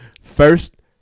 First